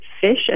fish